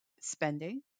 spending